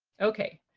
okay,